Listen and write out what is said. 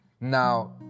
Now